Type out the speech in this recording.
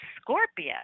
Scorpio